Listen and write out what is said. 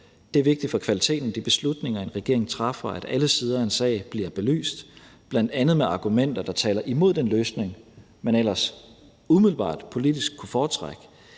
Det er vigtigt for kvaliteten af de beslutninger, en regering træffer, at alle sider af en sag bliver belyst, bl.a. med argumenter, der taler imod den løsning, man ellers umiddelbart politisk kunne foretrække.